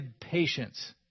patience